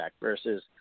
versus